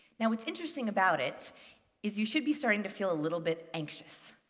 now, what's interesting about it is you should be starting to feel a little bit anxious.